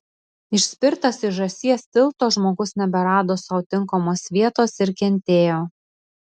išspirtas iš žąsies tilto žmogus neberado sau tinkamos vietos ir kentėjo